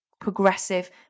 progressive